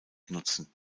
nutzen